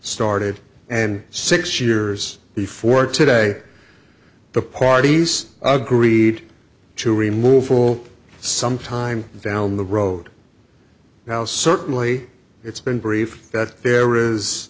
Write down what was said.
started and six years before today the parties agreed to remove for some time down the road now certainly it's been brief that there is